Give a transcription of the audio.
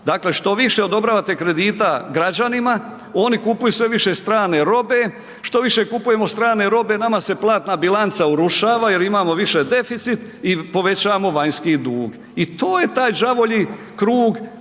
dakle što više odobravate kredita građanima oni kupuju sve više strane robe, što više kupujemo strane robe nama se platna bilanca urušava jer imamo više deficit i povećamo vanjski dug. I to je taj đavolji krug